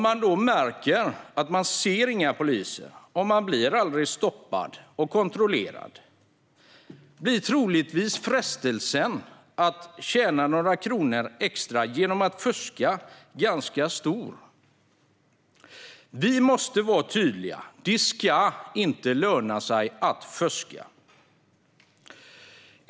Ser man inga poliser och aldrig blir stoppad och kontrollerad blir troligtvis frestelsen att tjäna några kronor extra genom att fuska ganska stor. Vi måste vara tydliga. Det ska inte löna sig att fuska.